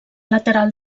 lateral